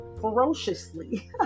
ferociously